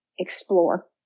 Explore